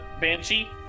banshee